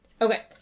Okay